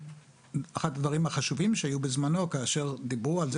זה היה אחד הדברים החשובים שהיו בזמנו כאשר דיברו על זה